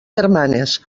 germanes